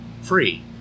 free